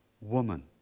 woman